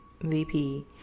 VP